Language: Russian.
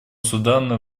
судана